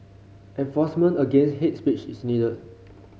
enforcement against hates speech is needed